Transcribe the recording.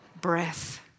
breath